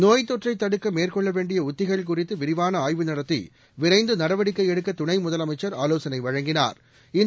நோய்த்தொற்றை தடுக்க மேற்கொள்ள வேண்டிய உத்திகள் குறித்து விரிவான ஆய்வு நடத்தி விரைந்து நடவடிக்கை எடுக்க துணை முதலமைச்சா் ஆவோசனை வழங்கினாா்